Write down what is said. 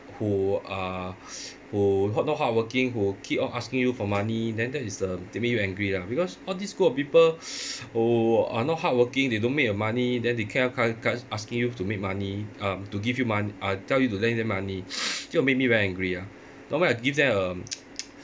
who are who ho~ not hardworking who keep on asking you for money then that is the that make you angry lah because all this group of people who are not hardworking they don't make a money then they ca~ cal~ cal~ asking you to make money um to give you mon~ uh tell you to lend them money that make me very angry lah normally I give them a